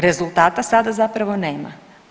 Rezultati sada zapravo nema.